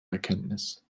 erkenntnis